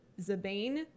Zabane